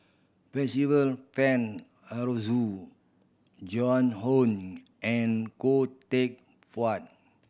Percival Frank Aroozoo Joan Hon and Khoo Teck Puat